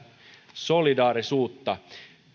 solidaarisuutta